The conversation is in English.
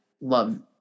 love